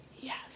yes